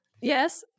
yes